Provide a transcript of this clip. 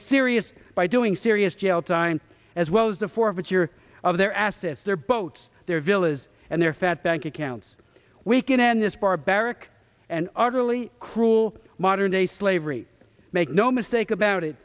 serious by doing serious jail time as well as the forfeiture of their assets their boats their villas and their fat bank accounts we can end this barbaric and utterly cruel modern day slavery make no mistake about it